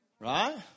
right